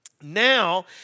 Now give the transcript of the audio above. now